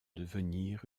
devenir